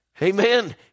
Amen